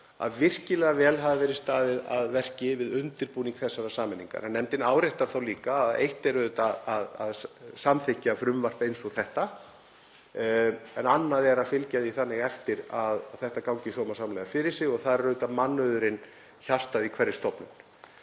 sem virkilega vel hafi verið staðið að verki við undirbúning þessarar sameiningar. En nefndin áréttar líka að eitt er auðvitað að samþykkja frumvarp eins og þetta en annað er að fylgja því þannig eftir að hlutirnir gangi sómasamlega fyrir sig og þar er mannauðurinn hjartað í hverri stofnun.